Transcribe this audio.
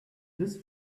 this